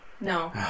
No